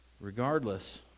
Regardless